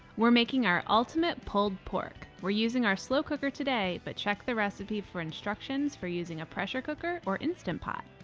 we're making our ultimate pulled pork. we're using our slow cooker today, but check the recipe for instructions for using a pressure cooker or instant pot.